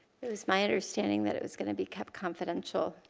it was my understanding, that it was going to be kept confidential.